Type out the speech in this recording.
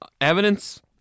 Evidence